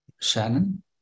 Shannon